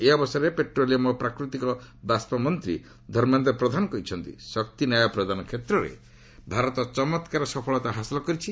ଏହି ଅବସରରେ ପେଟ୍ରୋଲିୟମ୍ ଓ ପ୍ରାକୃତିକ ବାଷ୍ପ ମନ୍ତ୍ରୀ ଧର୍ମେନ୍ଦ୍ର ପ୍ରଧାନ କହିଛନ୍ତି ଶକ୍ତି ନ୍ୟାୟ ପ୍ରଦାନ କ୍ଷେତ୍ରରେ ଭାରତ ଚମ୍ବକାର ସଫଳତା ହାସଲ କରିଛି